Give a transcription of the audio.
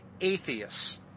atheists